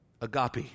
agape